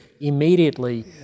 immediately